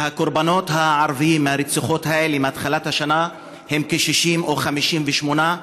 והקורבנות הערבים מהרציחות האלה מתחילת השנה הם כ-60 או 58,